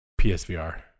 PSVR